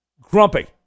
Grumpy